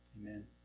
Amen